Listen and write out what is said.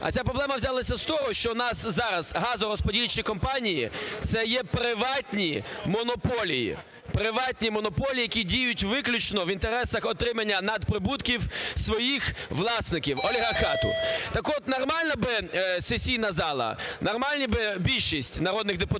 А ця проблема взялася з того, що у нас зараз газорозподільчі компанії це є приватні монополії, приватні монополії, які діють виключно в інтересах отримання надприбутків своїх власників, олігархату. Так от нормально б сесійна зала, нормально б більшість народних депутатів